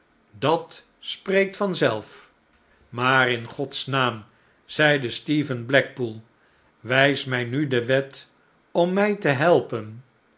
dat spreekt van zelf maar in gods naam zeide stephen blackpool wijs mij nu de wet om mij te helpen